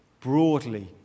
broadly